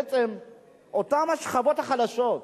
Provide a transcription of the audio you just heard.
בעצם אותן שכבות חלשות,